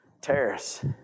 terrace